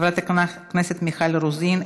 חברת הכנסת מיכל רוזין,